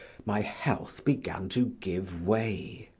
my health began to give way.